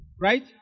right